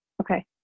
okay